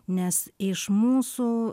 nes iš mūsų